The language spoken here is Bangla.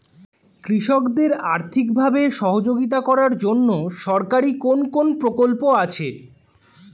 কৃষকদের আর্থিকভাবে সহযোগিতা করার জন্য সরকারি কোন কোন প্রকল্প আছে?